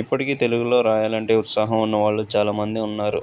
ఇప్పటికీ తెలుగులో రాయాలి అంటే ఉత్సాహం ఉన్నవాళ్ళు చాలామంది ఉన్నారు